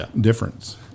difference